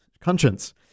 conscience